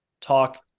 talk